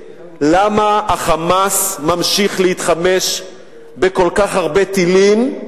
למה ה"חמאס" ממשיך להתחמש בכל כך הרבה טילים?